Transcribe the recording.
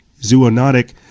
zoonotic